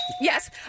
Yes